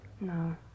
No